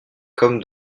comme